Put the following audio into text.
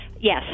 Yes